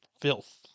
filth